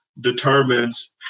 determines